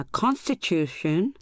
constitution